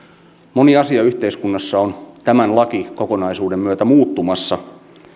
moni asia yhteiskunnassa on tämän lakikokonaisuuden myötä muuttumassa